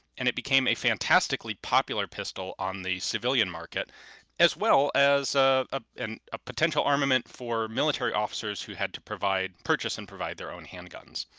and it became a fantastically popular pistol on the civilian market as well as ah ah and a potential armament for military officers who had to. purchase and provide their own handguns.